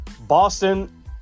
Boston